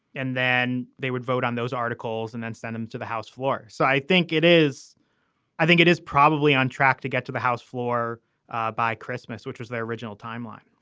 and then they would vote on those articles and then send them to the house floor. so i think it is i think it is probably on track to get to the house floor by christmas, which was their original timeline,